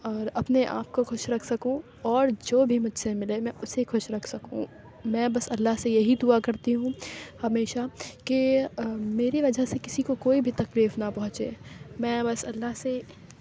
اور اپنے آپ کو خوش رکھ سکوں اور جو بھی مجھ سے ملے میں اسے خوش رکھ سکوں میں بس اللہ سے یہی دعا کرتی ہوں ہمیشہ کہ میری وجہ سے کسی کو کوئی بھی تکلیف نہ پہنچے میں بس اللہ سے